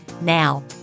Now